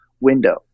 window